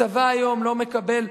הצבא היום לא מקבל,